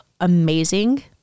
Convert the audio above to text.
amazing